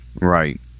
right